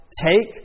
take